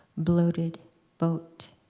bloated boat